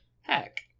Heck